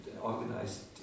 organized